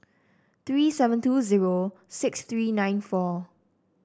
three seven two zero six three nine four